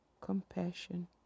compassion